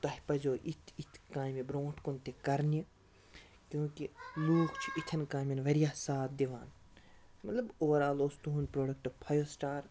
تۄہہِ پَزیو یِتھۍ یِتھۍ کامہِ برونٛٹھ کُن تہِ کَرنہِ کیونکہ لوٗکھ چھِ یِتھٮ۪ن کامٮ۪ن واریاہ ساتھ دِوان مطلب اوٚوَرآل اوس تُہُنٛد پرٛوڈَکٹ فایِو سٹار